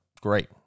Great